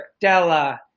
Della